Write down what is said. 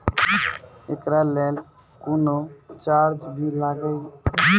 एकरा लेल कुनो चार्ज भी लागैये?